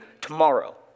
tomorrow